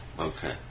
Okay